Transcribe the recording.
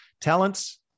talents